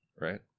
right